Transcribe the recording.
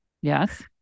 Yes